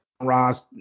Ross